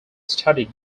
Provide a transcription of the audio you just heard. studied